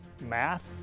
math